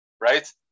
right